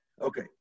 Okay